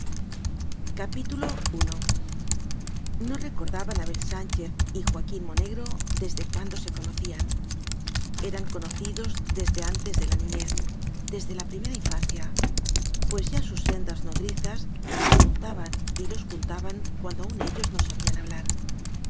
no recordaban abel sánchez y joaquín monegro desde cuándo se conocían eran co nocidos desde antes de la niñez desde la pri mera infancia pues ya sus sendas nodrizas se juntaban y los juntaban cuando aun ellos no sabían hablar